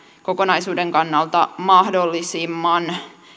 kokonaisuuden kannalta mahdollisimman